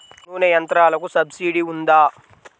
నూనె యంత్రాలకు సబ్సిడీ ఉందా?